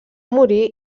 morir